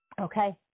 okay